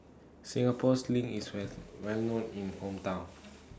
Singapore Sling IS Where Well known in Hometown